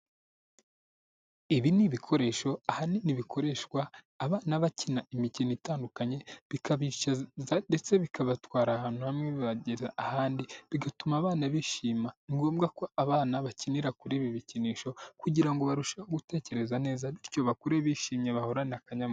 Ibi ni ibikoresho ahanini bikoreshwa abana bakina imikino itandukanye, bikabicaza ndetse bikabatwara ahantu hamwe bibageza ahandi, bigatuma abana bishima. Ni ngombwa ko abana bakinira kuri ibi bikinisho kugira ngo barusheho gutekereza neza, bityo bakure bishimye, bahorane akanyamuneza.